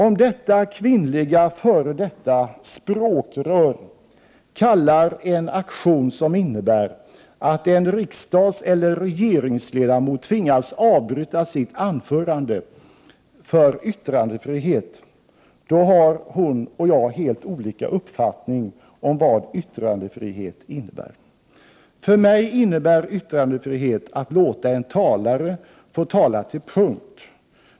Om detta kvinnliga f.d. språkrör kallar en aktion, som innebär att en riksdagseller regeringsledamot tvingas att avbryta sitt anförande för yttrandefrihet, då har hon och jag helt olika uppfattning om vad som menas med yttrandefrihet. För mig innebär yttrandefrihet att låta en talare få tala till punkt.